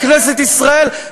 בכנסת ישראל,